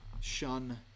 shun